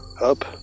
up